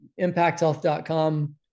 ImpactHealth.com